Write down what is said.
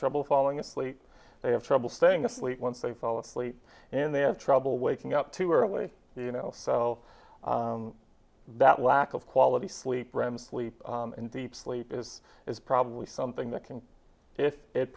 trouble falling asleep they have trouble staying asleep once they fall asleep and they have trouble waking up too early you know so that lack of quality sleep rem sleep and deep sleep is is probably something that can if it